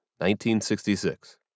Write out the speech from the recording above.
1966